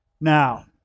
Now